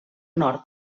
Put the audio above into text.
nord